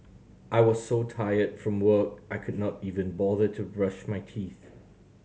I was so tired from work I could not even bother to brush my teeth